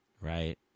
Right